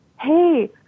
Hey